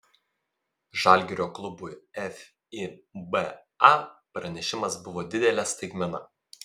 žalgirio klubui fiba pranešimas buvo didelė staigmena